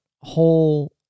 whole